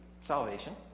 salvation